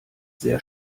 sehr